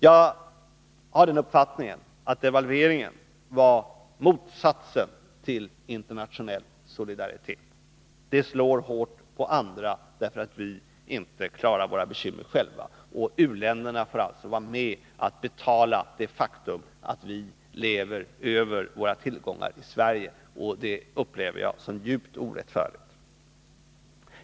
Jag har den uppfattningen att devalveringen innebär motsatsen till internationell solidaritet. Det slår hårt mot andra när vi inte själva kan klara våra bekymmer. U-länderna får alltså vara med och betala det faktum att vi i Sverige lever över våra tillgångar, och det upplever jag som djupt orättfärdigt.